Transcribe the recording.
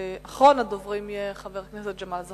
ואחרון הדוברים יהיה חבר הכנסת ג'מאל זחאלקה.